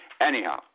Anyhow